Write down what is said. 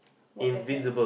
what the hell